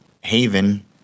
Haven